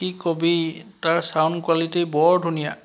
কি ক'বি তাৰ চাউণ্ড কোৱালিটি বৰ ধুনীয়া